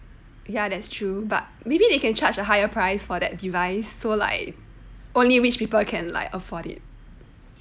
ya that's true but maybe they can charge a higher price for that device so like only rich people can like afford it